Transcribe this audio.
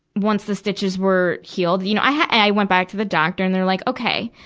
once the stitches were healed, you know, i went back to the doctor, and they were like, okay.